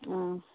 ಹ್ಞೂ